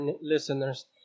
listeners